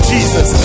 Jesus